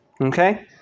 okay